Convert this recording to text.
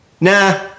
Nah